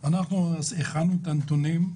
הכנו את הנתונים.